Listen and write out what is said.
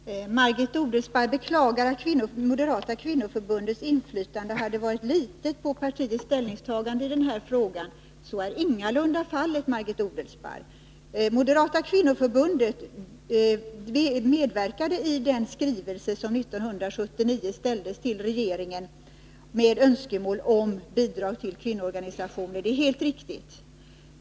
Fru talman! Margit Odelsparr beklagar att Moderata kvinnoförbundets inflytande på partiets ställningstagande i den här frågan skulle ha varit litet. Så är ingalunda fallet: Moderata kvinnoförbundet medverkade i den skrivelse som 1979 ställdes till regeringen med önskemål om bidrag till kvinnoorganisationer, det är helt riktigt.